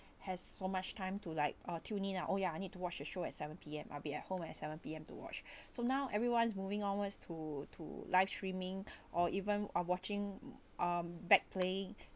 has so much time to like or tune it lah oh ya I need to watch a show at seven P_M I'll be at home at seven P_M to watch so now everyone is moving onwards to to live streaming or even uh watching um back playing